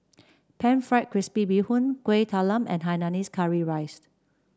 pan fried crispy Bee Hoon Kueh Talam and Hainanese Curry Rice